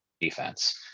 defense